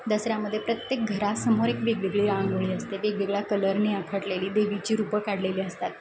दसऱ्यामध्ये प्रत्येक घरासमोर एक वेगवेगळी रांगोळी असते वेगवेगळ्या कलरने आखडलेली देवीची रूपं काढलेली असतात